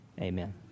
Amen